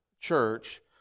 church